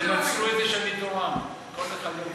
תנצלו את זה שאני תורן: כל אחד,